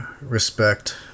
respect